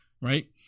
right